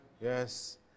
Yes